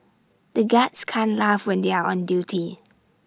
the guards can't laugh when they are on duty